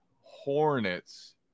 Hornets